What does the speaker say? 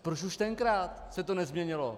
Proč už tenkrát se to nezměnilo?